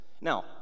Now